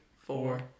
Four